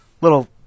little